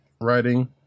writing